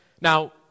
Now